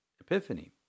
Epiphany